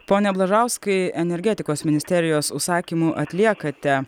pone blažauskai energetikos ministerijos užsakymu atliekate